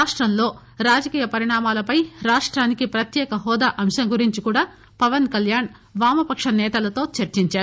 రాష్టంలో రాజకీయ పరిణామాల పైన రాష్టానికి ప్రత్యేకహోదా అంశం గురించి కూడా పవస్ కల్యాణ్ వామపక్ష సేతలతో చర్చించారు